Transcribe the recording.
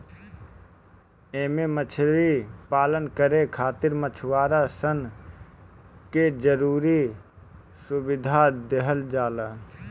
एमे मछरी पालन करे खातिर मछुआरा सन के जरुरी सुविधा देहल जाला